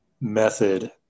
method